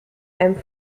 einem